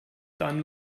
dann